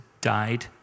died